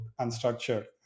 unstructured